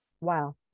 Wow